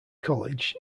college